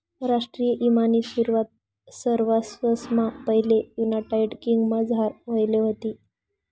राष्ट्रीय ईमानी सुरवात सरवाससममा पैले युनायटेड किंगडमझार व्हयेल व्हती